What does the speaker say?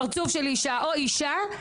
פרצוף של אישה או אישה,